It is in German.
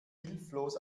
hilflos